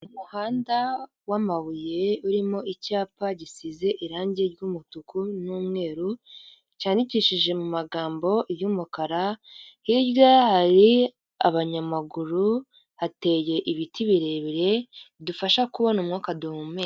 Umuhanda w'amabuye urimo icyapa gisize irange ry'umutuku n'umweru, cyandikishije mu magambo y'umukara, hirya hari abanyamaguru hateye ibiti birebire bidufasha kubona umwuka duhumeka.